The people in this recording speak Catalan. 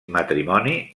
matrimoni